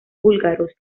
búlgaros